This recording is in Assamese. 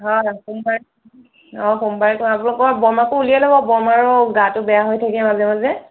হয় সোমবাৰে অঁ সোমবাৰে আপোনালোকৰ বৰমাকো উলিয়াই ল'ব বৰমাৰো গাটো বেয়া হৈ থাকে মাজে মাজে